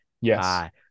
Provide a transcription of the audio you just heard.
Yes